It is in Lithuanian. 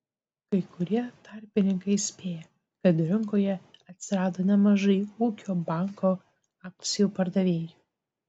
kai kurie tarpininkai spėja kad rinkoje atsirado nemažai ūkio banko akcijų pardavėjų